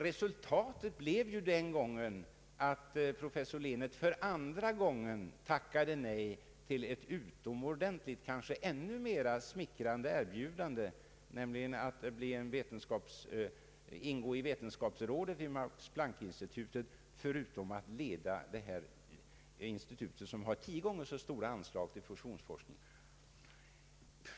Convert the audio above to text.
Resultatet blev den gången att professor Lehnert för andra gången tackade nej till ett utomordentligt — kanske ännu mer smickrande — erbjudande, nämligen att ingå i vetenskapsrådet vid Max-Planck-institutet förutom att leda det nämnda institutet, som har tio gånger så stora anslag till fusionsforskning som vårt vid KTH.